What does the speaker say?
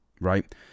right